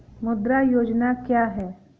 मुद्रा योजना क्या है?